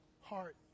heart